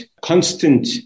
constant